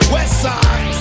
Westside